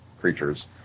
creatures